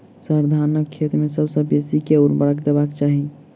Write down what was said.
sir, धानक खेत मे सबसँ बेसी केँ ऊर्वरक देबाक चाहि